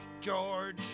George